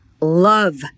love